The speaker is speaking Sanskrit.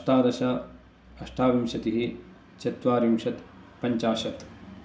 अष्टादश अष्टाविंशतिः चत्वरिंशत् पञ्चाशत्